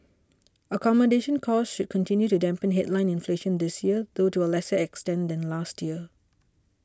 accommodation costs should continue to dampen headline inflation this year though to a lesser extent than last year